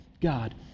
God